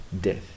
death